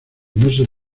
meses